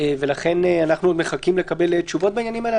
ולכן אנחנו עוד מחכים לקבל תשובות בעניינים האלה.